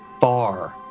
far